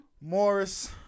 Morris